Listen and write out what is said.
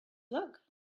look